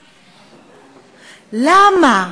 למה?